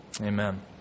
Amen